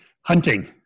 hunting